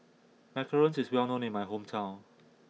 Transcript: Macarons is well known in my hometown